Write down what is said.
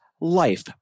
life